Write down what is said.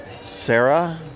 Sarah